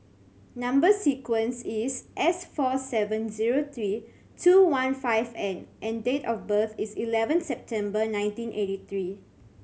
number sequence is S four seven zero three two one five N and date of birth is eleven September nineteen eighty three